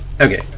Okay